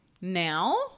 Now